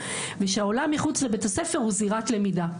ושהעולם מחוץ לבית הספר הוא זירת למידה.